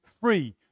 free